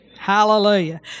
Hallelujah